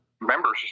members